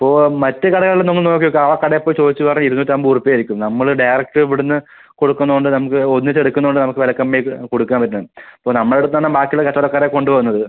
അപ്പോൾ മറ്റ് കടകളില് നമ്മള് നോക്കി നോക്ക് ആ കടയിൽ പോയി ചോദിച്ച് പറ ഇരുന്നൂറ്റമ്പത് രൂപയായിരിക്കും നമ്മള് ഡയറക്റ്റ് ഇവിടുന്ന് കൊടുക്കുന്നുണ്ട് നമുക്ക് ഒന്നിച്ച് എടുക്കുന്നുണ്ട് നമുക്ക് വില കമ്മി ആയിട്ട് കൊടുക്കാൻ പറ്റും അപ്പോൾ നമ്മളുടെ അടുത്ത് നിന്നാണ് ബാക്കി ഉള്ള കച്ചവടക്കാര് കൊണ്ട് പോവുന്നത്